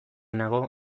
nago